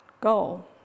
goal